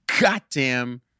goddamn